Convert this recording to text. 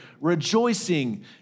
rejoicing